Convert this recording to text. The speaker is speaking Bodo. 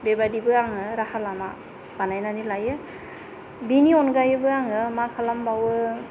बेबादिबो आङो राहा लामा बानायनानै लायो बेनि अनगायैबो आङो मा खालामबावो